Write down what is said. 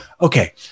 Okay